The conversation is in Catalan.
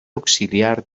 auxiliar